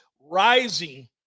rising